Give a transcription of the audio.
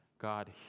God